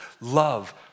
love